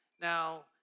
Now